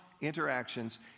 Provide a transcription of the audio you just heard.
interactions